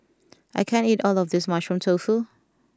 I can't eat all of this Mushroom Tofu